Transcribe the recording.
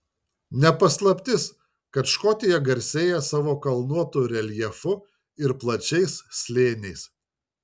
ne paslaptis kad škotija garsėja savo kalnuotu reljefu ir plačiais slėniais